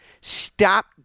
Stop